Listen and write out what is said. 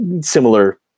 similar